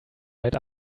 right